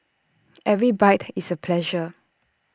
every bite is A pleasure